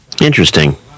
Interesting